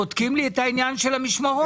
בודקים לי את העניין של המשמרות?